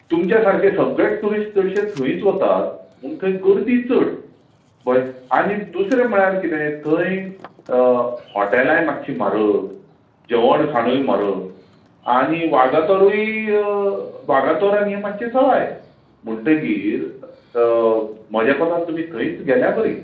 तुमच्या सारके सगळेंत टुरीस्ट चडशे थंयच वतात म्हूण थंय गर्दी चड कळ्ळें आनी दुसरें म्हळ्यार कितें थंय हॉटेलांय मात्शी म्हारग जेवण खाणूय म्हारग आनी वागातोरूय आनी वागातोर आनी हें मात्शें सवाय म्हणटकीर म्हज्या कोतान तुमी थंयच गेल्ल्या बरी